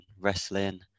wrestling